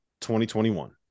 2021